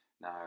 Now